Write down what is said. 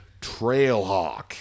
Trailhawk